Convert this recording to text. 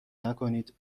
نکنید